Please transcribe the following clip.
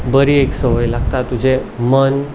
बरी एक संवय लागता तुजें मन